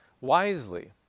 wisely